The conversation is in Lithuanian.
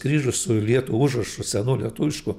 kryžius su lietu užrašu senu lietuvišku